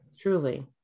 Truly